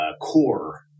core